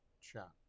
chat